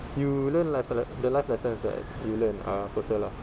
you learn life selec~ the life lessons that you learn are social lah